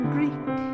Greek